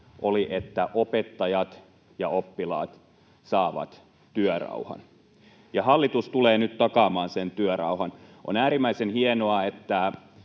oli, että opettajat ja oppilaat saavat työrauhan. Hallitus tulee nyt takaamaan sen työrauhan. On äärimmäisen hienoa, että